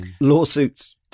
Lawsuits